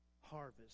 harvest